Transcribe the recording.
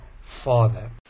Father